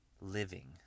Living